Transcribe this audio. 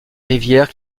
rivière